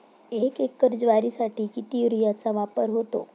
एक एकर ज्वारीसाठी किती युरियाचा वापर होतो?